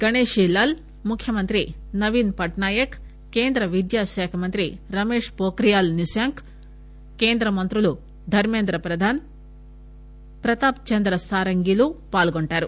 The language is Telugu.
గణేష్ లాల్ ముఖ్యమంత్రి నవీన్ పట్నా యక్ కేంద్ర విద్యాశాఖ మంత్రి రమేష్ కోక్రియల్ నిశాంక్ కేంద్ర మంత్రులు ధర్మేంద్ర ప్రధాన్ ప్రతాప్ చంద్ర సారంగీలు పాల్గొంటారు